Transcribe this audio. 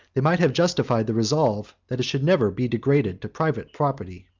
they might have justified the resolve that it should never be degraded to private property.